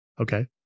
Okay